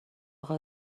اقا